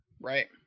Right